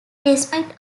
despite